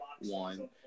one